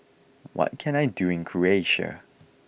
what can I do in Croatia